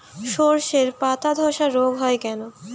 শর্ষের পাতাধসা রোগ হয় কেন?